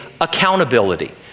accountability